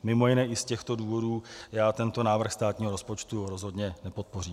Mimo jiné i z těchto důvodů já tento návrh státního rozpočtu rozhodně nepodpořím.